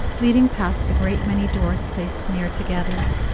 leading past a great many doors placed near together.